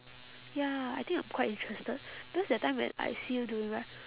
ya I think I'm quite interested because that time when I see you doing right